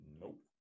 nope